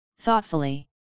thoughtfully